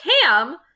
Cam